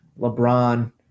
LeBron